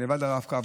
או שאבד להם הרב-קו,